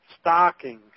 stocking